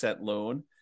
loan